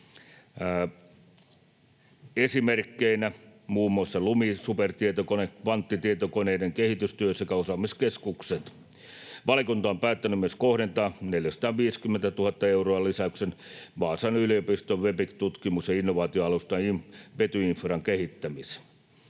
esimerkkeinä muun muassa Lumi-supertietokone, kvanttitietokoneiden kehitystyö sekä osaamiskeskukset. Valiokunta on päättänyt myös kohdentaa 450 000 euron lisäyksen Vaasan yliopiston VEBIC‑ tutkimus- ja innovaatioalustan vetyinfran kehittämiseen.